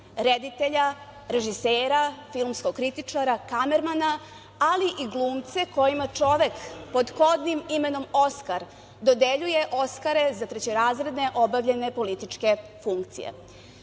reditelja, režisera, filmskog kritičara, kamermana, ali i glumce kojima čovek pod kodnim imenom "oskar", dodeljuje oskare za trećerazredne političke funkcije. Gospođa